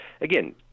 again